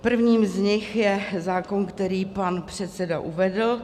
Prvním z nich je zákon, který pan předseda uvedl.